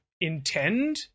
intend